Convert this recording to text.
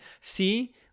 see